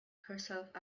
herself